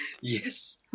yes